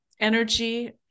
energy